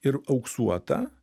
ir auksuota